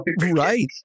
Right